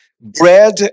bread